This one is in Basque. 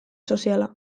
soziala